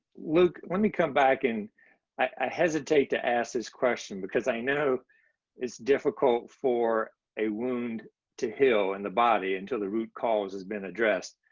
luke, let me come back, and i hesitate to ask this question because i know it's difficult for a wound to heal in the body until the root cause has been addressed,